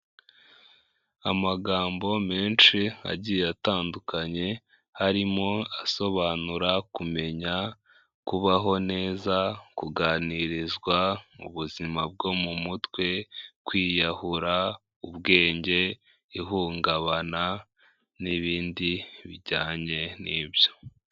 Amagambo menshi agiye atandukanye, harimo asobanura kumenya kubaho neza kuganirizwa mu buzima bwo mu mutwe, kwiyahura ubwenge ihungabana n'ibindi bijyanye n'ibyo.